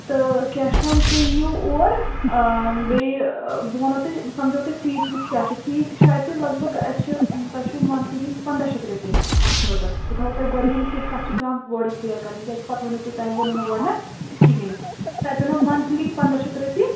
تہٕ کیٛاہ چھُ تُہۍ یِیِو اور بیٚیہِ بہٕ وَنو تُہۍ بہٕ سمجھو تُہۍ فیٖس ویٖس کیٛاہ چھُ فیٖس چھُ اَتہِ لگ بگ اَسہِ چھِ تُہۍ چھُو منتھلی دیِنۍ پنٛداہ شتھ رۄپیہِ اتھ منٛزن بہٕ تھاہو تُہۍ گۄڈٕ یِم کیٚنٛہہ کتھٕ چھِ پٮ۪وان گۄڈے کٔلِیر کرنۍ کیٛازِ پتہٕ ؤنِو تُہۍ تۄہہِ ووٚننہٕ گۄڈنٮ۪تھ کِہیٖنۍ نہٕ تُہۍ پٮ۪نو منتھلی پنٛداہ شتھ رۄپیہِ